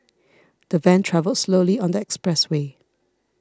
the van travelled slowly on the expressway